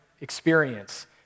experience